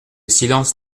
silence